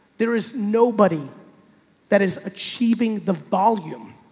there is nobody that is achieving the volume.